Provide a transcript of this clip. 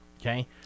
Okay